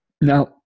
now